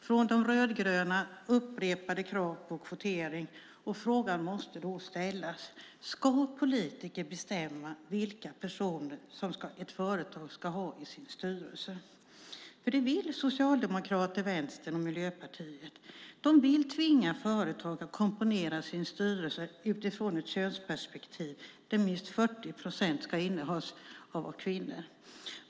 Från De rödgröna ställs upprepade krav på kvotering, och frågan måste därför ställas: Ska politiker bestämma vilka personer ett företag ska ha i sin styrelse? Det vill Socialdemokraterna, Vänstern och Miljöpartiet. De vill tvinga företag att komponera sin styrelse utifrån ett könsperspektiv där minst 40 procent av posterna ska innehas av kvinnor.